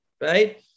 right